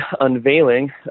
unveiling